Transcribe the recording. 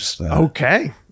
Okay